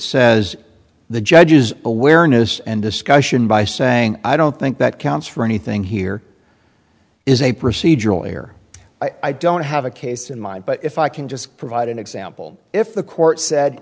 says the judge is awareness and discussion by saying i don't think that counts for anything here is a procedural error i don't have a case in mind but if i can just provide an example if the court said